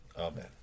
Amen